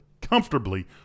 comfortably